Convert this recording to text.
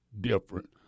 different